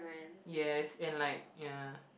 yes and like ya